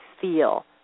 feel